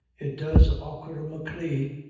it does, achora machree,